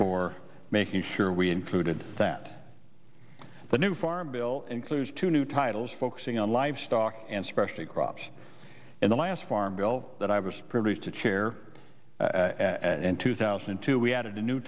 for making sure we included that the new farm bill includes two new titles focusing on livestock and especially crops in the last farm bill that i was privileged to chair as in two thousand and two we added a new